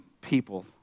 people